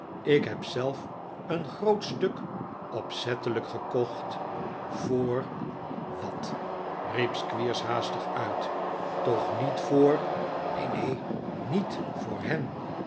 ik heb zelf een groot stuk opzettelijk gekocht voor wat riep squeers haastig uit toch niet voor neen neen niet voor h